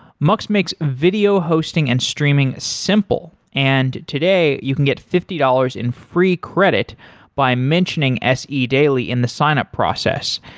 mux makes video hosting and streaming simple. and today, you can get fifty dollars in free credit by mentioning se daily in the sign-up process.